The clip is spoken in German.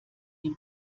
den